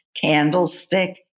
candlestick